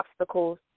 obstacles